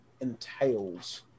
entails